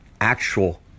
actual